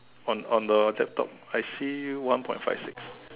on on the laptop I see one point five six